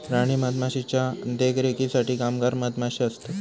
राणी मधमाशीच्या देखरेखीसाठी कामगार मधमाशे असतत